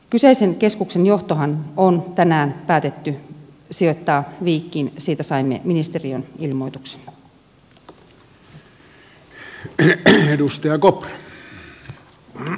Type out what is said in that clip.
kyseisen keskuksen johtohan on tänään päätetty sijoittaa viikkiin siitä saimme ministeriön ilmoituksen